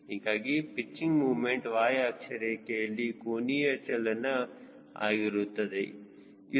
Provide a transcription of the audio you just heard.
ಹೀಗಾಗಿ pitching moment y ಅಕ್ಷರೇಖೆಯಲ್ಲಿ ಕೋನೀಯ ಚಲನ ಆಗಿರುತ್ತದೆ ಇದು